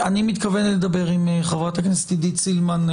אני מתכוון לדבר עם חברת הכנסת עידית סילמן,